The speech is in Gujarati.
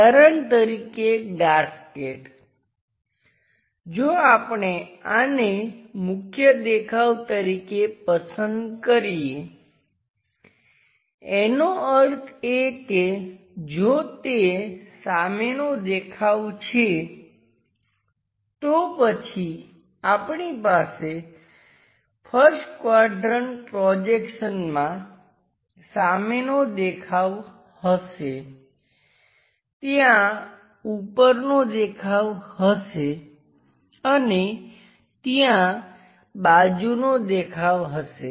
ઉદાહરણ તરીકે ગાસ્કેટ જો આપણે આને મુખ્ય દેખાવ તરીકે પસંદ કરીએ એનો અર્થ એ કે જો તે સામેનો દેખાવ છે તો પછી આપણી પાસે 1st ક્વાડ્રંટ પ્રોજેક્શનમાં સામેનો દેખાવ હશે ત્યાં ઉપરનો દેખાવ હશે અને ત્યાં બાજુનો દેખાવ હશે